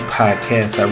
podcast